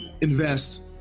invest